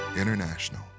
International